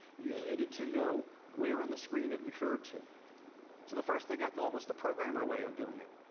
you needed to know where on the screen it referred to. so the first thing i thought was the programmer way of doing it.